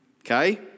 Okay